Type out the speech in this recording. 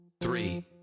three